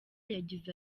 yagize